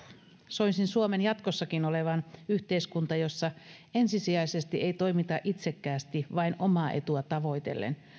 soisin suomen jatkossakin olevan yhteiskunta jossa ensisijaisesti ei toimita itsekkäästi vain omaa etua tavoitellen